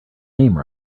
name